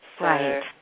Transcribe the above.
Right